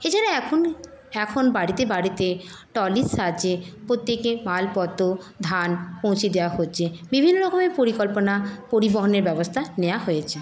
এছাড়া এখন এখন বাড়িতে বাড়িতে ট্রলির সাহায্যে প্রত্যেকে মালপত্র ধান পৌঁছে দেওয়া হচ্ছে বিভিন্নরকমের পরিকল্পনা পরিবহনের ব্যবস্থা নেওয়া হয়েছে